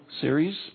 series